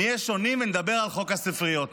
נהיה שונים, ונדבר על חוק הספריות.